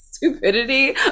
stupidity